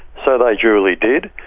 so they duly did,